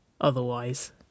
otherwise